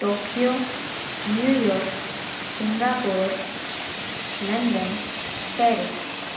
Tokyo New York Singapore London Paris